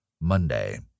Monday